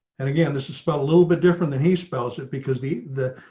and again, this is spelled a little bit different than he spells it because the, the,